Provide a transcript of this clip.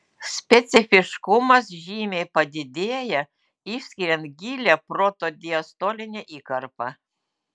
specifiškumas žymiai padidėja išskiriant gilią protodiastolinę įkarpą